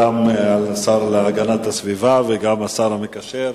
גם השר להגנת הסביבה וגם השר המקשר.